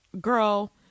Girl